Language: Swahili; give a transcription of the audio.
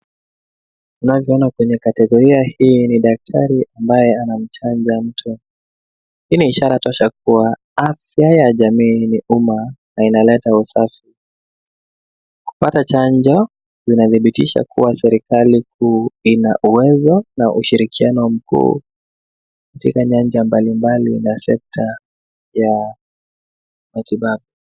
Unavyo ona kwenye kategoria hii ni daktari ambaye anamchanja mtu, hii ni ishara wa afya ya jamii yenye umma na ina leta usafi. Kupata chanjo ina dhihirisha kwamba hali hii ina uwezo na ushirikiano mkuu katika nyanja mbali mbali na sekta ya matibabu.